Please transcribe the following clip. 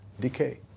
decay